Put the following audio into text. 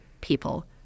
people